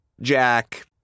Jack